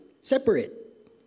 separate